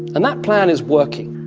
and that plan is working.